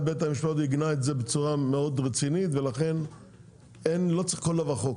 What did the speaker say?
בית המשפט עיגנה את זה בצורה מאוד רצינית ולכן לא צריך לכל דבר חוק.